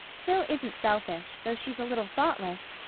phil isn't selfish, though she's a little thoughtless,